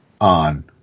on